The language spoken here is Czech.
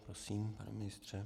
Prosím, pane ministře.